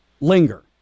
linger